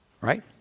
Right